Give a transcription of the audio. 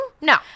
No